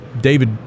David